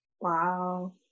wow